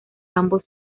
ambos